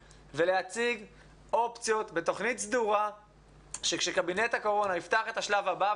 ולהציג אופציות בתוכנית סדורה שכשקבינט הקורונה יפתח את השלב הבא,